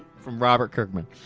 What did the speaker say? from robert kirkman.